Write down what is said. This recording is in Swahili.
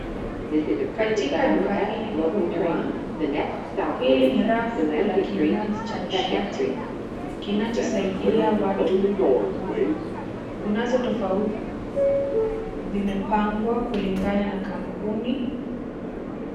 Katika duka hili kubwa, hili ni rafu la kinywaji cha nishati kinachosaidia watu na nguvu. Kunazo tofauti, vimepangwa kulingana na kampuni.